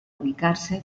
ubicarse